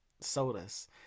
sodas